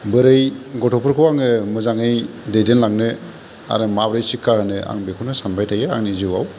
बोरै गथ'फोरखौ आङो मोजाङै दैदेन लांनो आरो माबोरै शिक्षा होनो आं बेखौनो सानबाय थायो आंनि जिउआव